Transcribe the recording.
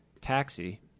taxi